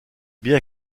bien